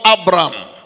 Abraham